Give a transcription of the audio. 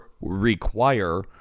require